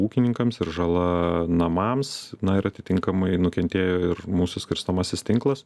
ūkininkams ir žala namams na ir atitinkamai nukentėjo ir mūsų skirstomasis tinklas